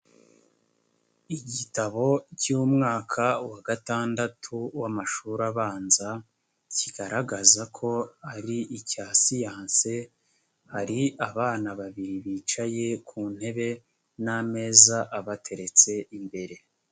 Igitabo cy'umwaka wa gatandatu w'amashuri abanza, kigaragaza ko ari icya siyanse, hari abana babiri bicaye ku ntebe n'ameza abateretse imbere.